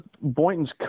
Boynton's